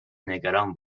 نگران